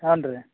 ಹಾಂ ರೀ